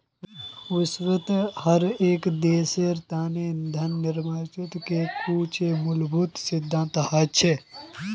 विश्वत हर एक देशेर तना धन निर्माणेर के कुछु मूलभूत सिद्धान्त हछेक